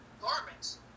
garments